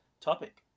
topic